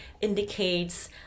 indicates